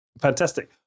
Fantastic